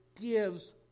gives